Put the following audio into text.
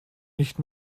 nicht